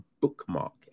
bookmark